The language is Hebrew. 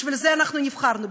בשביל זה אנחנו נבחרנו,